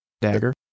Dagger